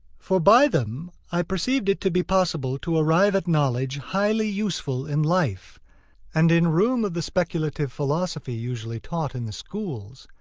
for by them i perceived it to be possible to arrive at knowledge highly useful in life and in room of the speculative philosophy usually taught in the schools,